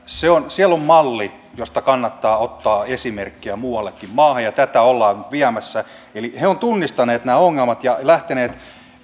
on malli josta kannattaa ottaa esimerkkiä muuallekin maahan ja tätä ollaan viemässä eli he ovat tunnistaneet nämä ongelmat ja lähteneet